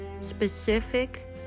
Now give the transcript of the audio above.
Specific